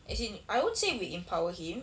as in I won't say we empower him